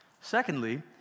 Secondly